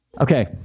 Okay